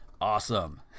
Awesome